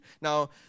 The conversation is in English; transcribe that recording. Now